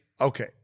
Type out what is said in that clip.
okay